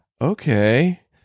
okay